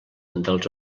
dels